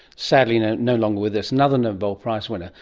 sadly no no longer with us, another nobel prize winner,